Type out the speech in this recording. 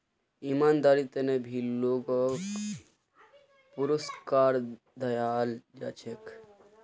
ईमानदारीर त न भी लोगक पुरुस्कार दयाल जा छेक